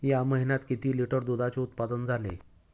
या महीन्यात किती लिटर दुधाचे उत्पादन झाले?